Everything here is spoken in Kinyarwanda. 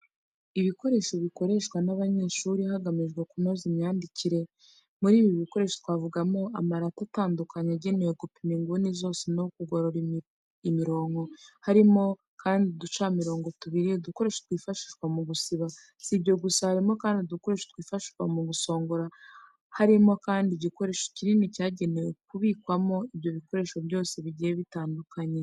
Ibikoresho bikoreshwa n'abanyeshuri hagamijwe kunozwa imyandikire. Muri ibi bikoresho twavugamo, amarati atandukanye agenewe gupima inguni zose no kugorora imironko, harimo kandi uducamiringo tubiri, udukoresho twifashishwa mu gusiba. Si ibyo gusa, harimo kandi udukoresho twifashishwa mu gusongora. Harimo kandi igikoresho kinini cyagenewe kubikwamo ibyo bikoresho byose bigiye bitandukanye.